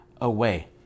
away